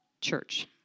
church